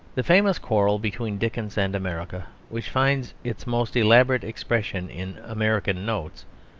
the famous quarrel between dickens and america, which finds its most elaborate expression in american notes,